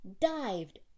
dived